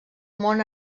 món